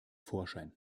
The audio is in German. vorschein